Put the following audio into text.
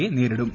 യെ നേരിടും